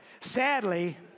Sadly